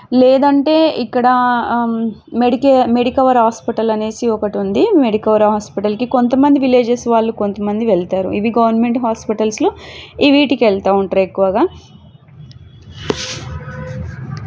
లేదంటే ఇక్కడా మెడికే మెడికవర్ హాస్పిటల్ అనేసి ఒకటుంది మెడికోర్ హాస్పిటల్కి కొంతమంది విలేజెస్ వాళ్ళు కొంతమంది వెళ్తారు ఇవి గవర్నమెంట్ హాస్పిటల్స్లో ఇవీటికెల్తా ఉంటారు ఎక్కువగా